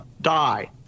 die